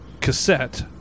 cassette